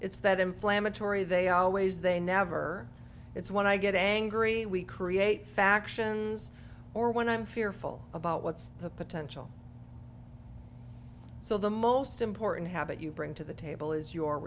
it's that inflammatory they always they never it's when i get angry we create factions or when i'm fearful about what's the potential so the most important habit you bring to the table is your